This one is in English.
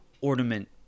ornament